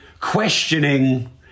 questioning